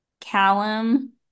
Callum